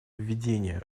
введение